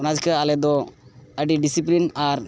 ᱚᱱᱟ ᱪᱮᱠᱟ ᱟᱞᱮ ᱫᱚ ᱟᱹᱰᱤ ᱟᱨ